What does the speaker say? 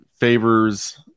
favors